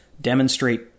demonstrate